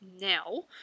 now